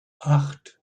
acht